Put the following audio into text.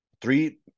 three